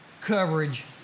coverage